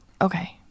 okay